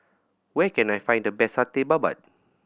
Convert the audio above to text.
where can I find the best Satay Babat